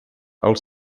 els